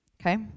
Okay